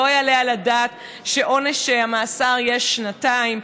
לא יעלה על הדעת שעונש המאסר יהיה שנתיים,